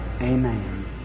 Amen